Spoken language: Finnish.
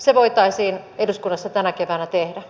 se voitaisiin eduskunnassa tänä keväänä tehdä